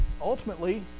ultimately